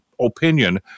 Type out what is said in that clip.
opinion